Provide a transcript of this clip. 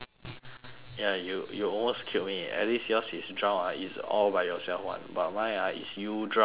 ya you you almost killed me at least yours is drown ah is all by yourself [one] but mine ah is you drown me